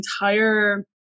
entire